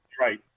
right